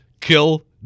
kill